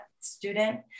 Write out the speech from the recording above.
student